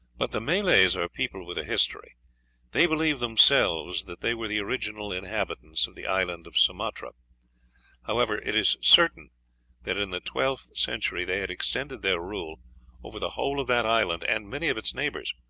but the malays are people with a history they believe themselves that they were the original inhabitants of the island of sumatra however, it is certain that in the twelfth century they had extended their rule over the whole of that island and many of its neighbors,